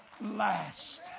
last